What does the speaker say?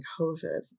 COVID